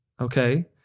okay